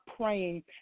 praying